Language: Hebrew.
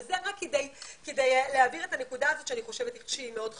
וזה רק כדי להבהיר את הנקודה הזאת שאני חושבת שהיא מאוד חשובה.